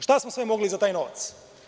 Šta smo sve mogli za taj novac?